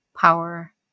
power